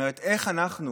איך אנחנו